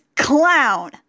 Clown